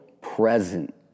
present